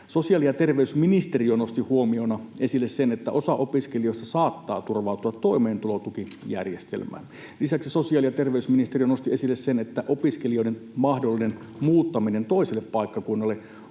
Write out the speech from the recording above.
Sosiaali- ja terveysministeriö nosti huomiona esille sen, että osa opiskelijoista saattaa turvautua toimeentulotukijärjestelmään. Lisäksi sosiaali- ja terveysministeriö nosti esille sen, että opiskelijoiden mahdollinen muuttaminen toiselle paikkakunnalle